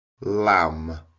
lamb